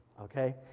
okay